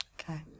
Okay